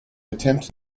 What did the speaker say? attempt